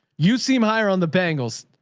you seem higher on the bangles.